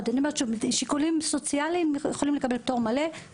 יכולות משיקולים סוציאליים לקבל פטור מלא.